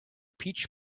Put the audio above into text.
peach